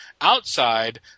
Outside